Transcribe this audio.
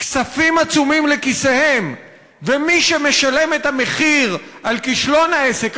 כספים עצומים לכיסיהם ומי שמשלם את המחיר על כישלון העסק,